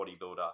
bodybuilder